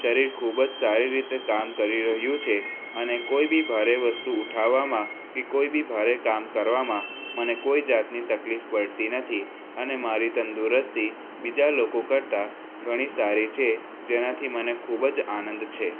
શરીર ખૂબ જ સારી રીતે કામ કરી રહ્યું છે અને કોઈ બી ભારે વસ્તુ ઊઠાવવામાં કે કોઈ બી ભારે કામ કરવામાં મને કોઈ જાતની તકલીફ પડતી નથી અને મારી તંદુરસ્તી બીજા લોકો કરતાં ઘણી સારી છે જેનાથી મને ખૂબ જ આનંદ છે